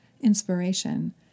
inspiration—